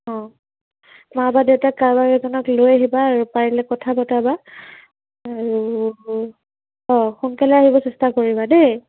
অ মা বা দেউতাক কাৰোবাক এজনক লৈ আহিবা পাৰিলে কথা পতাবা আৰু অ সোনকালে আহিব চেষ্টা কৰিবা দেই